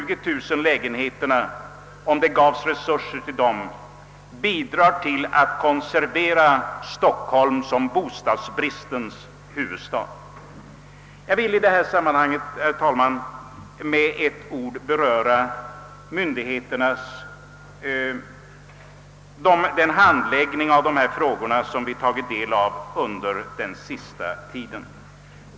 även om det ges resurser för de 20000 lägenheterna, så konserveras Stockholm som bostadsbristens huvudstad. Jag vill i detta sammanhang, herr talman, säga ett par ord om handläggningen av dessa frågor, så som vi kunnat iakttaga under den senaste tiden.